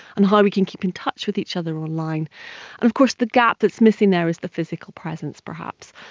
and how we can keep in touch with each other online, and of course the gap that is missing there is the physical presence perhaps,